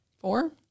four